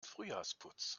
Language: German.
frühjahrsputz